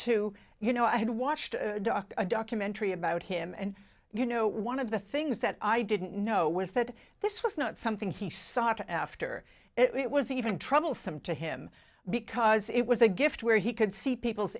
to you know i had watched a documentary about him and you know one of the things that i didn't know was that this was not something he sought after it was even troublesome to him because it was a gift where he could see people's